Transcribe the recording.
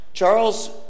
Charles